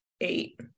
eight